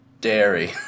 Dairy